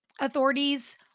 authorities